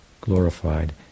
glorified